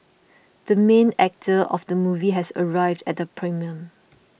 the main actor of the movie has arrived at the premiere